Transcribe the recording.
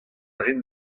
rin